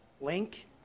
link